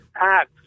act